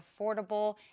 affordable